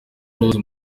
rose